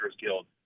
Guild